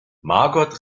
margot